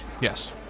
Yes